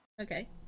okay